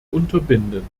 unterbinden